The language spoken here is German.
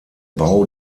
bau